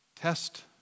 Test